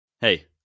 Hey